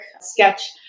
sketch